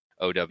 OW